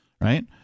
right